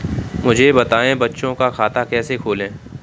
मुझे बताएँ बच्चों का खाता कैसे खोलें?